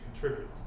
contribute